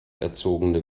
erzogene